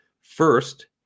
First